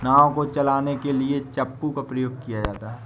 नाव को चलाने के लिए चप्पू का प्रयोग किया जाता है